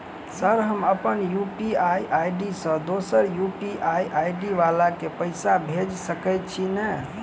Sir हम अप्पन UPI ID सँ दोसर यु.पी.आई आई.डी वला केँ पैसा भेजि सकै छी नै?